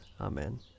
Amen